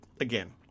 again